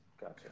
Gotcha